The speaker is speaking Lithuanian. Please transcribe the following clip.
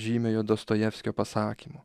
žymiojo dostojevskio pasakymo